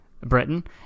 Britain